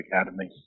Academy